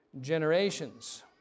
generations